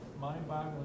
mind-boggling